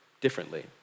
differently